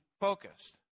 focused